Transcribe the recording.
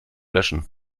löschen